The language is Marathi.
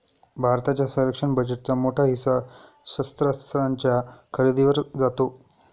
भारताच्या संरक्षण बजेटचा मोठा हिस्सा शस्त्रास्त्रांच्या खरेदीवर जातो